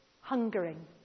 hungering